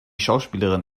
schauspielerin